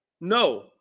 No